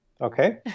Okay